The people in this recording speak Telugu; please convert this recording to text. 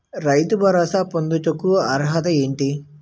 రైతు భరోసా పొందుటకు అర్హత ఏంటి?